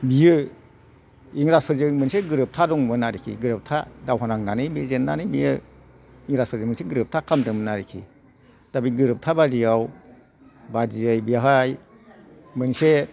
बियो इंराजफोरजों मोनसे गोरोबथा दंमोन आरखि गोरोबथा दावहा नांनानै बे जेननानै बियो इंराजफोरजों मोनसे गोरोबथा खालामदोंमोन आरोखि दा बे गोरोबथा बायदियाव बादियै बेहाय मोनसे